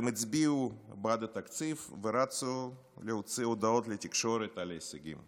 הם הצביעו בעד התקציב ורצו להוציא הודעות לתקשורת על ההישגים.